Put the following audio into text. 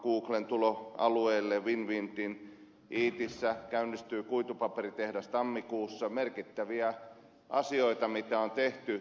googlen tulo alueelleen winwindin iitissä käynnistyy kuitupaperitehdas tammikuussa merkittäviä asioita mitä on tehty